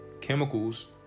chemicals